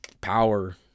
Power